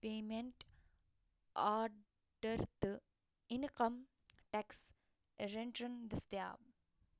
payment order تہٕ income ٹٮ۪کٕس دٔستِیاب